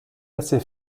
assez